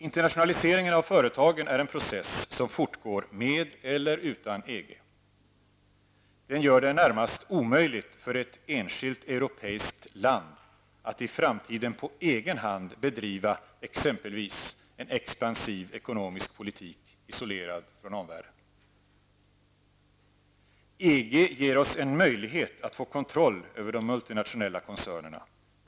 Internationaliseringen av företagen är en process som fortgår med eller utan EG. Den gör det närmast omöjligt för ett enskilt europeiskt land att i framtiden på egen hand bedriva exempelvis en expansiv ekonomisk politik isolerad från omvärlden. -- EG ger oss en möjlighet att få kontroll över de multinationella koncernerna.